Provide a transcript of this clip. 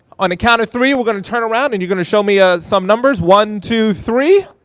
on a count of three, we're gonna turn around and you're gonna show me ah some numbers. one, two, three.